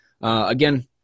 Again